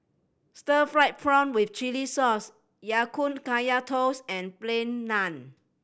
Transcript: stir fried prawn with chili sauce Ya Kun Kaya Toast and Plain Naan